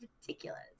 ridiculous